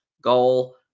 goal